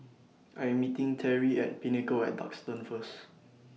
I Am meeting Terrie At The Pinnacle At Duxton First